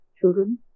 children